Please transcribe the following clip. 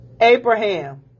Abraham